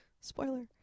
Spoiler